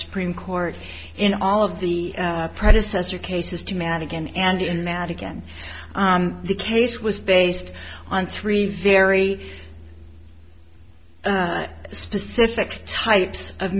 supreme court in all of the predecessor cases demand again and mad again the case was based on three very specific types of